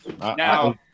Now